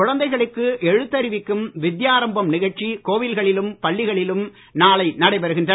குழந்தைகளுக்கு எழுத்தறிவிக்கும் வித்தியாரம்பம் நிகழ்ச்சி கோவில்களிலும் பள்ளிகளிலும் நாளை நடைபெறுகின்றன